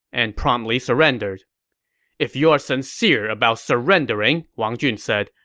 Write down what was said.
and promptly surrendered if you are sincere about surrendering, wang jun said,